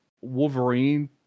Wolverine